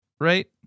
right